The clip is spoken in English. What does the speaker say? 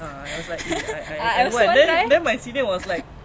I also want try